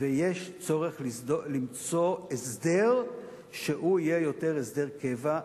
וצריך למצוא הסדר שיהיה יותר הסדר קבע.